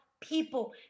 people